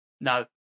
no